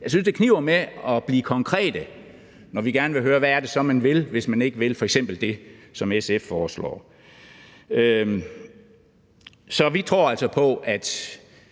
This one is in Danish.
Jeg synes, det kniber med at blive konkrete, når vi gerne vil høre, hvad det så er, man vil, hvis man f.eks. ikke vil det, som SF foreslår. Så vi tror altså på, at